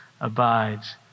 abides